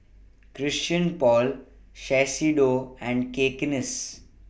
Christian Paul Shiseido and Cakenis